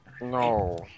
No